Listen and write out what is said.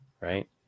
right